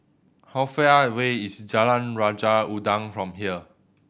how far away is Jalan Raja Udang from here